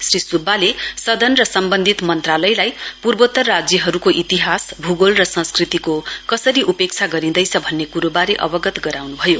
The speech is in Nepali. श्री सुब्बाले सदन र सम्बन्धित मन्त्रालयलाई पूर्वोत्त राज्यहरुको इतिहासभूगोल र संस्कृतिको कसरी उपेक्षा गरिँदैछ भन्ने कुरो बारे अवगत गराउनुभयो